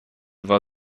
war